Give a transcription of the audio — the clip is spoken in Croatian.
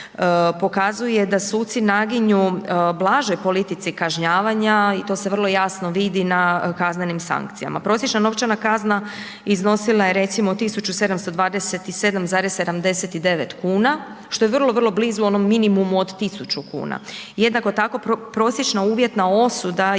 da suci naginju blažoj politici kažnjavanja i to se vrlo jasno vidi na kaznenim sankcijama. Prosječna novčana kazna iznosila je recimo 1.727,79 kn što je vrlo, vrlo blizu onom minimumu od 1.000,00 kn. Jednako tako, prosječna uvjetna osuda je